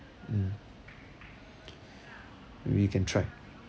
mm maybe we can try